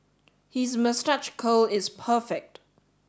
his moustache curl is perfect